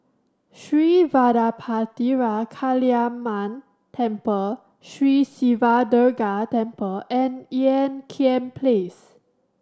Sri Vadapathira Kaliamman Temple Sri Siva Durga Temple and Ean Kiam Place